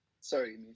Sorry